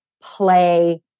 play